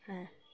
হ্যাঁ